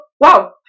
wow